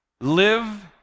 live